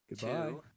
Goodbye